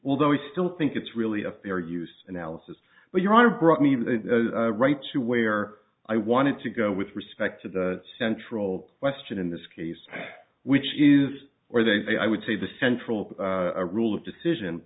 although we still think it's really a fair use analysis but your honor brought me right to where i wanted to go with respect to the central question in this case which is where they say i would say the central rule of decision